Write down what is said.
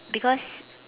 because